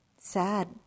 sad